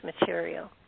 material